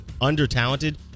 under-talented